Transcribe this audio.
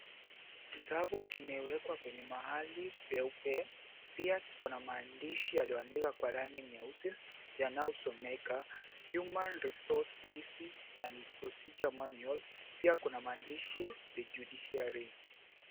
Kitabu kimewekwa kwenye mahali peupe, pia kiko na maandishi yaliyoandikwa kwa rangi nyeusi yanayosomeka, Human Resource Policies and Procedures Manual. Pia kuna maandishi, The Judiciary.